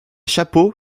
chapeaux